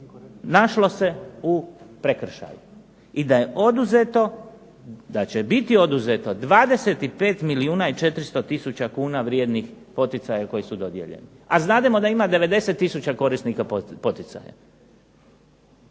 našlo se u prekršaju i da je oduzeto, da će biti oduzeto 25 milijuna i 400 tisuća kuna vrijednih poticaja koji su dodijeljeni, a znademo da ima 90 tisuća korisnika poticaja.